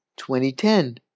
2010